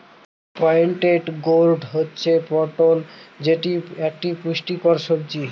pointed gourd হচ্ছে পটল যেটি এক পুষ্টিকর সবজি